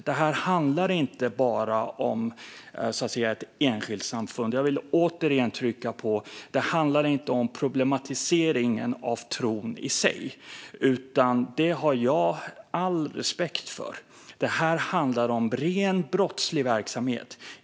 Det här handlar inte bara om ett enskilt samfund, och jag vill understryka att det inte handlar om problematisering av tron i sig. Tron har jag all respekt för. Det här handlar om rent brottslig verksamhet.